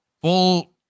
full